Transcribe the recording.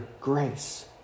grace